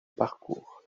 parcours